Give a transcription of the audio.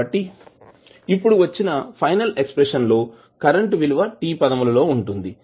కాబట్టి ఇప్పుడు వచ్చిన ఫైనల్ ఎక్స్ప్రెషన్ లో కరెంటు విలువ t పదములలో ఉంటుంది